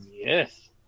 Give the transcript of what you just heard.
yes